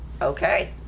Okay